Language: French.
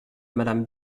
madame